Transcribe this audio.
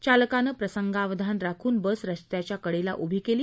चालकानं प्रसंगावधान राखून बस रस्त्याच्या कडेला उभी केली